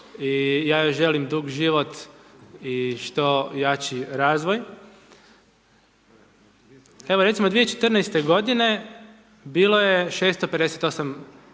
i ja joj želim dug život i što jači razvoj. Evo recimo 2014. godine bilo je 658